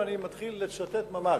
ואני מתחיל לצטט ממש.